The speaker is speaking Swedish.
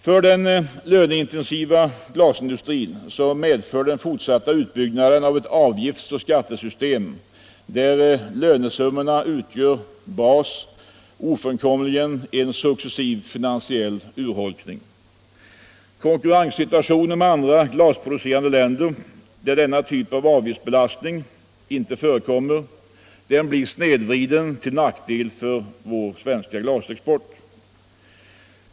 För den löneintensiva glasindustrin medför den fortsatta utbyggnaden av ett avgiftsoch skattesystem där lönesummorna utgör bas ofrånkomligen en successiv finansiell urholkning. Konkurrenssituationen med andra glasproducerande länder där denna typ av avgiftsbelastning ej förekommer blir snedvriden, till nackdel för svensk glasexport.